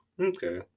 Okay